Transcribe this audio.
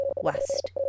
west